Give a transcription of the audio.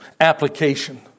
application